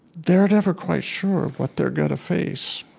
they're never quite sure what they're going to face.